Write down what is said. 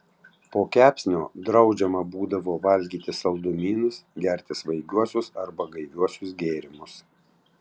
po kepsnio draudžiama būdavo valgyti saldumynus gerti svaigiuosius arba gaiviuosius gėrimus